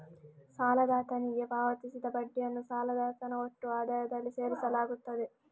ಸಾಲದಾತನಿಗೆ ಪಾವತಿಸಿದ ಬಡ್ಡಿಯನ್ನು ಸಾಲದಾತನ ಒಟ್ಟು ಆದಾಯದಲ್ಲಿ ಸೇರಿಸಲಾಗುತ್ತದೆ